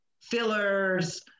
fillers